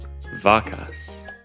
Vacas